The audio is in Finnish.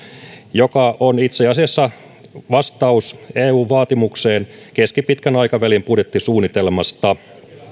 joka on itse asiassa vastaus eun vaatimukseen keskipitkän aikavälin budjettisuunnitelmasta